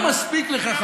לא מספיק לך,